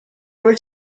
were